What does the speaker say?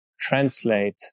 translate